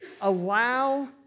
allow